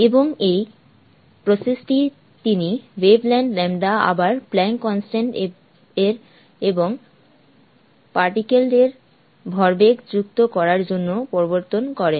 এবং এই প্রসেস টি তিনি ওয়েভলেংথ λ আবার প্লান্কস কনস্ট্যান্ট এর এবং পার্টিকেল এর ভরবেগ যুক্ত করার জন্য প্রবর্তন করেন